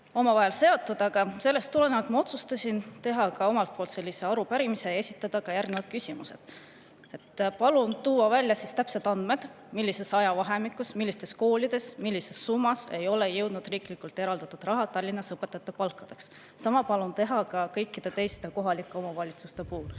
omavahel seotud, aga sellest tulenevalt otsustasin teha omalt poolt arupärimise ja esitada järgnevad küsimused. Palun tuua välja täpsed andmed, millises ajavahemikus, millistes koolides ja millises summas ei ole riiklikult eraldatud raha jõudnud Tallinnas õpetajate palkadesse, sama palun teha ka kõikide teiste kohalike omavalitsuste puhul.